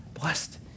blessed